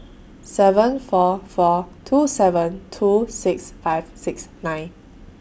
seven four four two seven two six five six nine